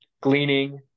gleaning